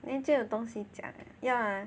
then 就有东西讲 eh 要吗